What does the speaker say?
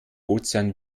ozean